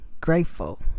grateful